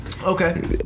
Okay